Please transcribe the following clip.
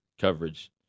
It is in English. coverage